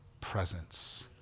presence